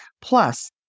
Plus